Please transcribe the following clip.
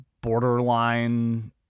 borderline